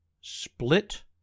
split